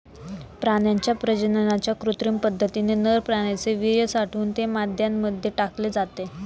प्राण्यांच्या प्रजननाच्या कृत्रिम पद्धतीने नर प्राण्याचे वीर्य साठवून ते माद्यांमध्ये टाकले जाते